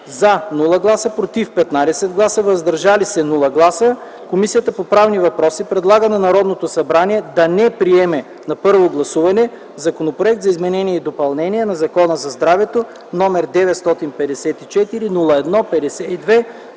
– 0 гласа, „против”- 15 гласа, „въздържал се” - 0 гласа Комисията по правни въпроси предлага на Народното събрание да не приеме на първо гласуване Законопроект за изменение и допълнение на Закона за здравето, № 954-01-52,